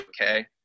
okay